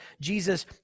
Jesus